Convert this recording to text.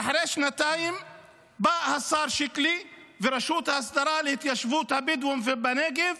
ואחרי שנתיים באו השר שיקלי ורשות ההסדרה להתיישבות הבדואים בנגב